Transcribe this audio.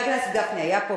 חבר הכנסת גפני היה פה,